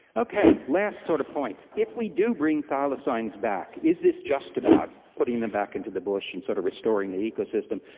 okay, last sort of point if we do bring thylacines back, is this just about putting them back into the bush and sort of restoring the ecosystem?